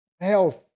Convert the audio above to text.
health